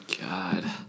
God